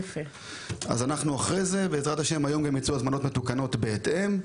היום גם יֵצאו הזמנות מתוקנות בהתאם,